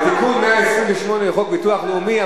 זה תיקון 128 לחוק ביטוח לאומי,